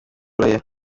imfura